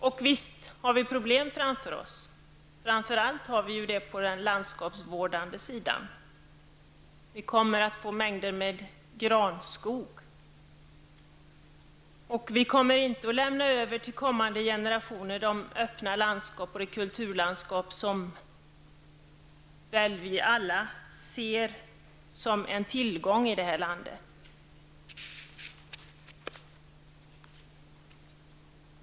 Och visst har vi problem framför oss. Framför allt har vi det på den landskapsvårdande sidan. Vi kommer att få mängder med granskog, och vi kommer inte att lämna över till kommande generationer det öppna landskap och det kulturlandskap som vi väl alla ser som en tillgång i det här landet.